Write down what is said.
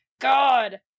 god